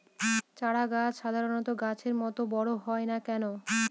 চারা গাছ সাধারণ গাছের মত বড় হয় না কেনো?